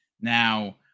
Now